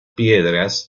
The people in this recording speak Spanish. piedras